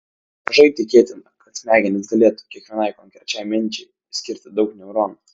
mažai tikėtina kad smegenys galėtų kiekvienai konkrečiai minčiai skirti daug neuronų